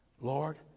Lord